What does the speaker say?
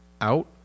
out